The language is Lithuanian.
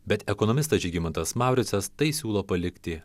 bet ekonomistas žygimantas mauricas tai siūlo palikti